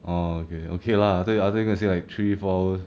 orh okay okay lah thought you I thought you going to say like three four hours